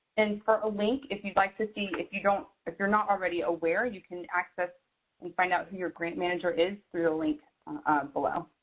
and for a link, if you'd like to see if you don't, if you're not already aware you can access and find out who your grant manager is through the link below.